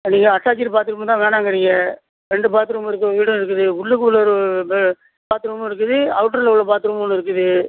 நீங்கள் attached bathroom இருந்தால் வேணாம்ங்குறீங்க ரெண்டு பாத்ரூம் இருக்கிற வீடும் இருக்குது உள்ளுக்குள்ளே ஒரு பாத்ரூமும் இருக்குது அவுட்டரில் உள்ள பாத்ரூமும் ஒன்று இருக்குது